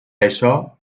això